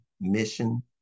mission